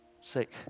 sick